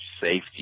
safety